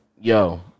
yo